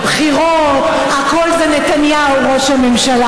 חיליק, קריאה ראשונה.